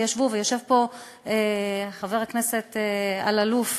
יושב פה חבר הכנסת אלאלוף,